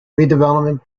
redevelopment